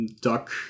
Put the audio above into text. duck